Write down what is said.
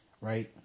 Right